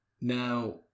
Now